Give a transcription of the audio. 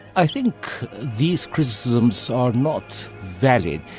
i think these criticisms are not valid.